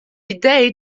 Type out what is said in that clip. idee